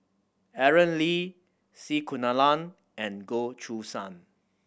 Aaron Lee C Kunalan and Goh Choo San